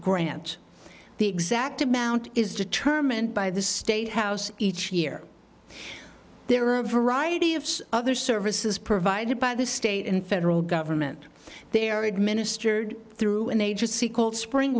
grant the exact amount is determined by the state house each year there are a variety of other services provided by the state and federal government they are administered through an agency called spring